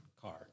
car